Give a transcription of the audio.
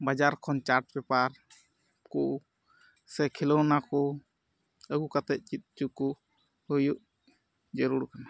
ᱵᱟᱡᱟᱨ ᱠᱷᱚᱱ ᱠᱚ ᱥᱮ ᱠᱷᱮᱞᱳᱱᱟ ᱠᱚ ᱟᱹᱜᱩ ᱠᱟᱛᱮᱫ ᱪᱮᱫ ᱦᱚᱪᱚᱠᱚ ᱦᱩᱭᱩᱜ ᱡᱟᱹᱨᱩᱲ ᱠᱟᱱᱟ